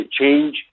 change